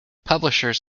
publishers